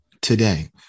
today